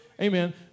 Amen